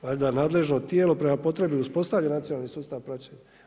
Valjda na nadležno tijelo prema potrebi uspostavlja nacionalni sustav praćenja.